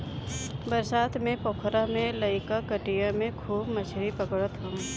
बरसात में पोखरा में लईका कटिया से खूब मछरी पकड़त हवे